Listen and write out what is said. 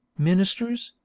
ministers,